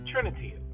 Trinity